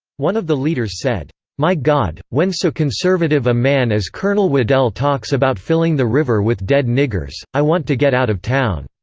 one of the leaders said my god! when so conservative a man as colonel waddell talks about filling the river with dead niggers, i want to get out of town!